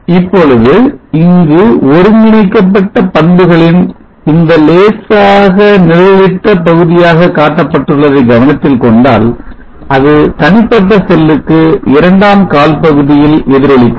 இப்பொழுது இந்த ஒருங்கிணைக்கப்பட்ட பண்புகளின் இந்த லேசாக நிழலிட்ட பகுதியாக காட்டப்பட்டுள்ளதை கவனத்தில் கொண்டால் அது தனிப்பட்ட செல்லுக்கு இரண்டாம் கால் பகுதியில் எதிரொலிக்கிறது